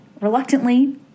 reluctantly